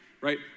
right